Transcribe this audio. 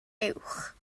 uwch